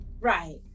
right